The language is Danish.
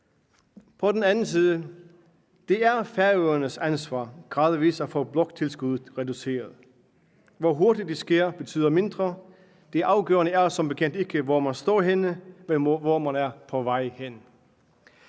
På den anden side er det Færøernes ansvar gradvis at fået bloktilskuddet reduceret. Hvor hurtigt det sker, betyder mindre. Det afgørende er som bekendt ikke, hvor man står henne, men hvor man er på vej hen.